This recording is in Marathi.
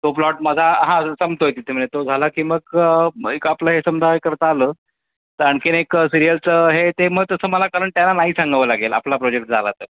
तो प्लॉट माझा हां संपतो आहे तिथे म्हए तो झाला की मग म् एक आपलं हे समजा हे करता आलं तर आणखीन एक सिरियलचं हे आहे ते मग तसं मला कारण त्याला नाही सांगावं लागेल आपला प्रोजेक्ट झाला तर